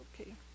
okay